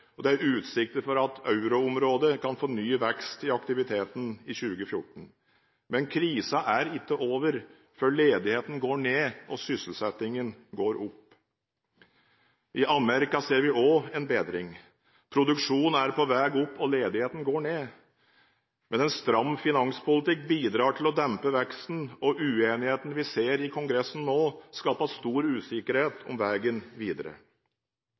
og det er utsikter til at euroområdet kan få ny vekst i aktiviteten i 2014. Men krisen er ikke over før ledigheten går ned og sysselsettingen går opp. I USA ser vi òg en bedring. Produksjonen er på vei opp, og ledigheten går ned. Men en stram finanspolitikk bidrar til å dempe veksten, og uenigheten vi nå ser i Kongressen, skaper stor usikkerhet om veien videre.